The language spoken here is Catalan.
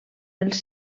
els